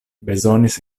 bezonis